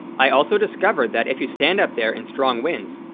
i also discovered that if you stand up there in strong winds,